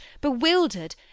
bewildered